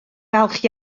falch